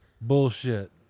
Bullshit